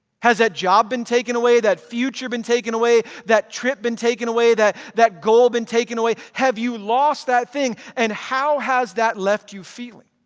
has that job been taken away? that future been taken away? that trip been taken away? that that goal been taken away? have you lost that thing and how has that left you feeling?